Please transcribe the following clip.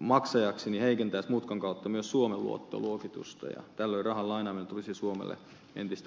maksajaksi heikentäisi mutkan kautta myös suomen luottoluokitusta ja tällöin rahan lainaaminen tulisi suomelle entistä kalliimmiksi